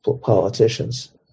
politicians